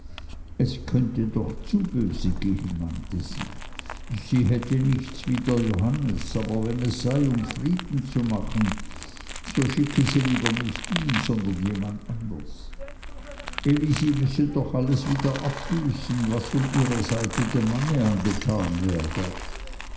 es könnte doch zu böse gehen meinte sie sie hätte nichts wider johannes aber wenn es sei um frieden zu machen so schickte sie lieber nicht ihn sondern jemand anders elisi müsse doch alles wieder abbüßen was von ihrer seite dem manne angetan werde